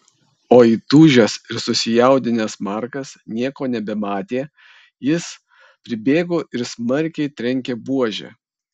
o įtūžęs ir susijaudinęs markas nieko nebematė jis pribėgo ir smarkiai trenkė buože